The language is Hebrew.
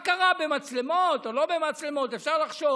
מה קרה, במצלמות או לא במצלמות, אפשר לחשוב.